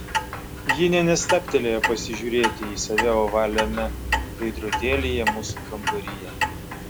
ji nė nestabtelėjo pasižiūrėti į save ovaliame veidrodėlyje mūsų kambaryje